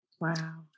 Wow